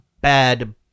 bad